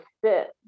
fit